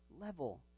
level